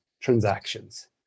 transactions